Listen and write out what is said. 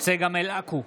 צגה מלקו,